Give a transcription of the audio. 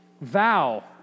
vow